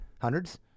Hundreds